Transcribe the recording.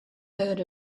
heard